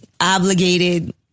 obligated